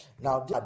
now